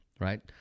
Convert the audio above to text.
right